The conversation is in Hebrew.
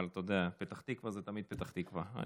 אבל אתה יודע, פתח תקווה זה תמיד פתח תקווה.